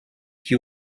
qui